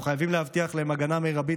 אנחנו חייבים להבטיח להם הגנה מרבית